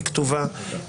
היא כתובה.